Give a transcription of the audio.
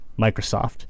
Microsoft